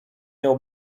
nią